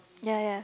ya ya